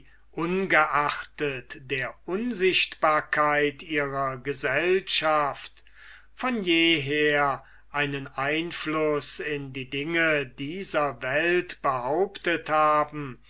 ungeachtet der unsichtbarkeit ihrer gesellschaft einen einfluß in die dinge dieser welt haben